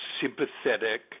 sympathetic